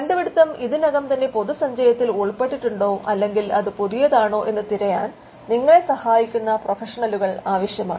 കണ്ടുപിടുത്തം ഇതിനകം തന്നെ പൊതുസഞ്ചയത്തിൽ ഉൾപ്പെട്ടിട്ടുണ്ടോ അല്ലെങ്കിൽ അത് പുതിയതാണോ എന്ന് തിരയാൻ നിങ്ങളെ സഹായിക്കുന്ന പ്രൊഫഷണലുകൾ ആവശ്യമാണ്